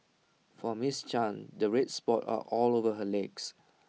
for miss chan the red spots are all over her legs